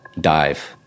dive